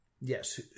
Yes